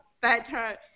better